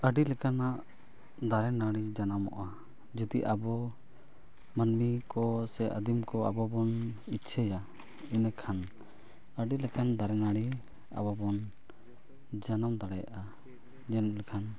ᱟᱹᱰᱤ ᱞᱮᱠᱟᱱᱟᱜ ᱫᱟᱨᱮᱼᱱᱟᱹᱲᱤ ᱡᱟᱱᱟᱢᱚᱜᱼᱟ ᱡᱩᱫᱤ ᱟᱵᱚ ᱢᱟᱱᱢᱤ ᱠᱚ ᱥᱮ ᱟᱫᱤᱢ ᱠᱚ ᱟᱵᱚ ᱵᱚᱱ ᱤᱪᱪᱷᱟᱹᱭᱟ ᱤᱱᱟᱹᱠᱷᱟᱱ ᱟᱹᱰᱤ ᱞᱮᱠᱟᱱ ᱫᱟᱨᱮᱼᱱᱟᱹᱲᱤ ᱟᱵᱚ ᱵᱚᱱ ᱡᱟᱱᱟᱢ ᱫᱲᱮᱭᱟᱜᱼᱟ ᱧᱮᱞ ᱞᱮᱠᱷᱟᱱ